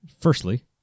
Firstly